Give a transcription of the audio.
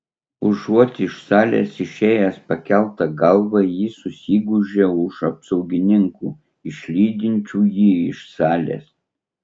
užuot iš salės išėjęs pakelta galva jis susigūžia už apsaugininkų išlydinčių jį iš salės